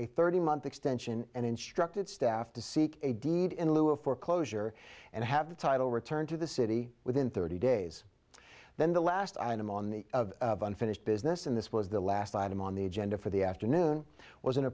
a thirty month extension and instructed staff to seek a deed in lieu of foreclosure and have the title returned to the city within thirty days then the last item on the unfinished business and this was the last item on the agenda for the afternoon was